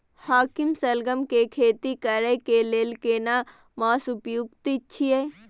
हाकीम सलगम के खेती करय के लेल केना मास उपयुक्त छियै?